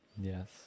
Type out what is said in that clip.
Yes